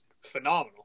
phenomenal